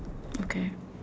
okay